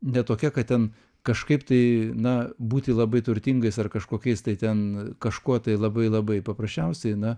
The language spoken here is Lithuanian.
ne tokia kad ten kažkaip tai na būti labai turtingais ar kažkokiais tai ten kažkuo tai labai labai paprasčiausiai na